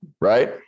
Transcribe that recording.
Right